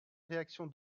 réaction